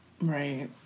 Right